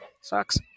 Sucks